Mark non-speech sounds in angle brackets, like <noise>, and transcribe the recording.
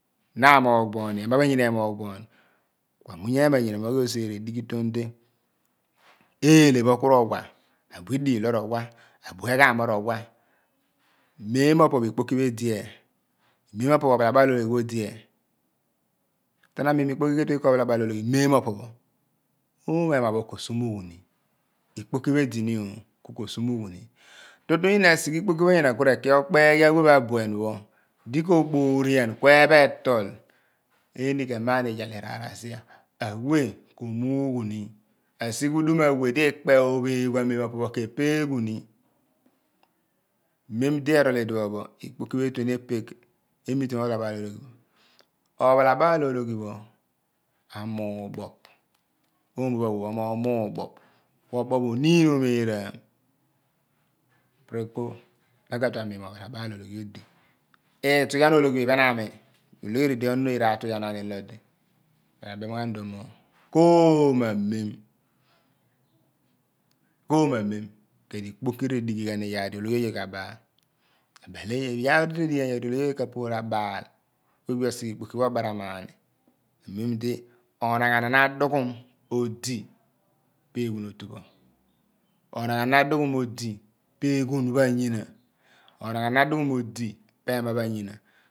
Na amogh pho ema anyina emogho pho amuunny ema ayina mo ghi osere dighiton di <noise> eele ku ro wa abui idiil pho ro wa abu egham mo ro wa mem mo po pho ikpokri edieh mem mo po po ophalabal ologhi pho odieh to na amiin mo ikpoki ke tue eko ophalabal ologhi mem mo po pho omo ema pho ko su mu ghu ni ikpoki pho edi nio ku kio su mughu ni tu tu yina esi ghe ikpoki pha ku reki okpeghi awe pho abuen pho di ko borien ku epho otol eni ke maani iyal irear asia awe ko mughu ni asi gbudum awe di ikpe opheghu ameen mo opo pho ke pe ghu ni mem di erol idi pho pho ikpoki etue ni epegh emitiom ophalabal ologhi? Ophalabal ologhi pho amuboph omo pho awe pho amogh muboph ku oboph oniin omeraam piri ku na ka tue amiin mo ophalabal ologhi odi itughan ologhi iphen ani mi mi ulegheri ipe onon oye ratughianaani ilo odi mi ra bem ghan iduon mo koromo amem ku edi ikpoki re dighi iyaar di ologhi kabal <unintelligible> iyar di re dighi ghan iyar di ologhi oye ka por abal ku egbi osighe ikpoki pho obaramani amem di onaghan a dughun odi pa eghun otu pho onaghanan adughun odi pa eghun pha anyina onaghanan a dughun odi pa ema pha anyina